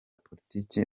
politiki